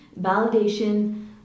validation